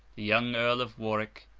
the young earl of warwick,